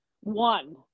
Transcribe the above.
one